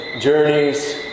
journeys